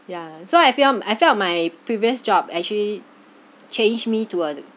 ya so I felt I felt my previous job actually change me to uh